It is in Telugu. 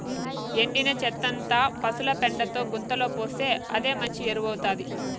ఎండిన చెత్తంతా పశుల పెండతో గుంతలో పోస్తే అదే మంచి ఎరువౌతాది